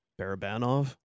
Barabanov